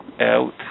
Out